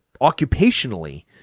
occupationally